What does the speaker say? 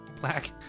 black